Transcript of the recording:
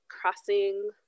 crossing